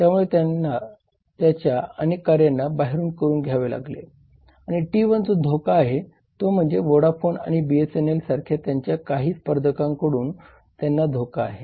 त्यामुळे त्याला त्याच्या अनेक कार्यांना बाहेरून करून घ्यावे लागेल आणि टी 1 जो धोका आहे तो म्हणजे व्होडाफोन आणि बीएसएनएल सारख्या त्याच्या काही स्पर्धकांकडून त्यांना धोका आहे